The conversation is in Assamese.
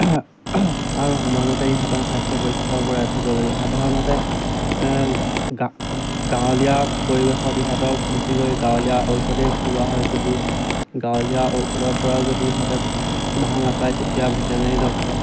আৰু সময়মতে ইহঁতৰ স্বাস্থ্য পৰীক্ষাও কৰাই থাকিব লাগে সাধাৰণতে গাঁৱলীয়া পৰিৱেশত ইহঁতক বেছিকৈ গাঁৱলীয়া ঔষধেই খুওৱা হয় যদি গাঁৱলীয়া ঔষধৰ পৰাও যদি ইহঁতে ভাল নাপায় তেতিয়া ভেটেৰিনেৰী ডক্তৰ